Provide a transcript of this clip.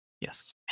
Yes